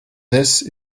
this